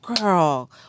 Girl